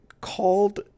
called